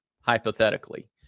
hypothetically